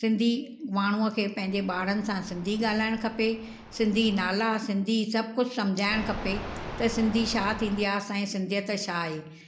सिंधी माण्हूअ खे पंहिंजे ॿारनि सां सिंधी ॻाल्हाइणु खपे सिंधी नाला सिंधी सभु कुझु सम्झाइणु खपे त सिंधी छा थींदी आहे असांजी सिंधियत छा आहे